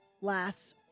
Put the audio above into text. last